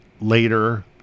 Later